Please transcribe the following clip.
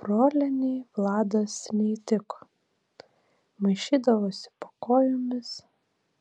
brolienei vladas neįtiko maišydavosi po kojomis